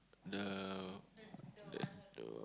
the the one